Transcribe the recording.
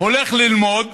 הולך ללמוד